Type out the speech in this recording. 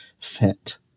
fit